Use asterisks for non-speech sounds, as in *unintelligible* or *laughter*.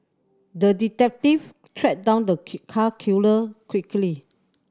the detective tracked down the *unintelligible* cat killer quickly